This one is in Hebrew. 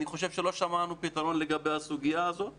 אני חושב שלא שמענו פתרון לגבי הסוגיה הזאת .